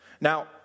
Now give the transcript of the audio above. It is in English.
Now